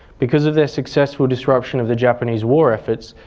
because of their successful disruption of the japanese war efforts,